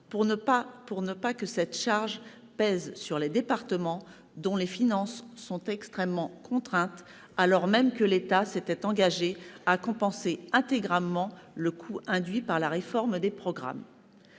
pour éviter que cette charge ne retombe sur les départements, dont les finances sont extrêmement contraintes, alors même que l'État s'était engagé à compenser intégralement le coût induit par la réforme des programmes.